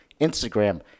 Instagram